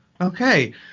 Okay